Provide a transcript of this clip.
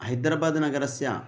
हैद्रबाद्नगरस्य